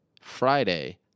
Friday